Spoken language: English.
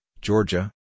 Georgia